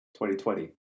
2020